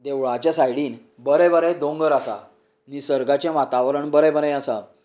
देवळांच्या सायडीन बरें बरें दोंगर आसा निसर्गाचे वातावरण बरें बरें आसा